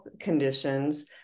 conditions